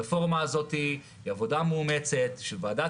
הרפורמה הזאת היא עבודה מאומצת של ועדת